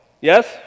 Yes